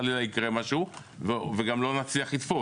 שחס וחלילה לא יקרה משהו וגם לא נצליח לתפוס.